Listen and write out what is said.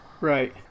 right